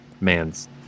man's